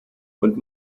und